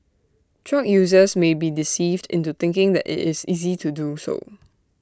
drug users might be deceived into thinking that IT is easy to do so